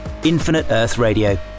InfiniteEarthRadio